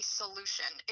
solution